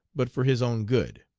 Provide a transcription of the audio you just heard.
but for his own good.